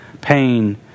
pain